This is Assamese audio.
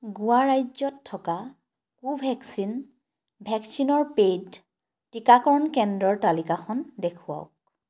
গোৱা ৰাজ্যত থকা কোভেক্সিন ভেকচিনৰ পেইড টিকাকৰণ কেন্দ্ৰৰ তালিকাখন দেখুৱাওক